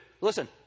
listen